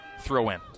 throw-in